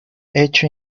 hecho